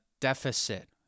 deficit